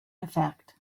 effect